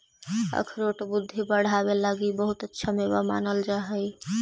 अखरोट बुद्धि बढ़ावे लगी बहुत अच्छा मेवा मानल जा हई